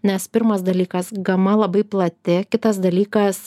nes pirmas dalykas gama labai plati kitas dalykas